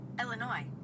Illinois